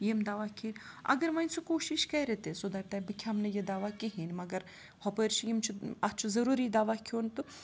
یِم دَوا کھیٚنۍ اَگر وۄنۍ سُہ کوٗشِش کَرِ تہِ سُہ دَپہِ دَپہِ بہٕ کھٮ۪مہٕ نہٕ یہِ دَوا کِہیٖنۍ مگر ہُپٲرۍ چھِ یِم چھِ اَتھ چھُ ضٔروٗری دَوا کھیٚون تہٕ